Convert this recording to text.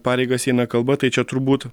pareigas eina kalba tai čia turbūt